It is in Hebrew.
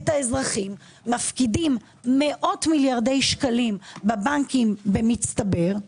את האזרחים מפקידים מאות מיליארדי שקלים בבנקים במצטבר,